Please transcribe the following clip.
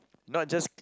not just